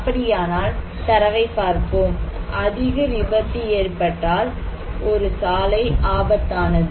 அப்படியானால் தரவைப் பார்ப்போம் அதிக விபத்து ஏற்பட்டால் ஒரு சாலை ஆபத்தானது